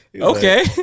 Okay